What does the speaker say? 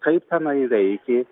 kaip tenai veikė